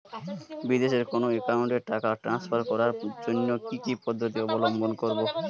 বিদেশের কোনো অ্যাকাউন্টে টাকা ট্রান্সফার করার জন্য কী কী পদ্ধতি অবলম্বন করব?